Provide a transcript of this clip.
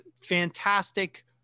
fantastic